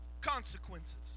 consequences